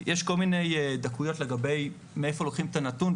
יש כל מיני דקויות מאיפה לוקחים את הנתון,